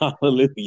Hallelujah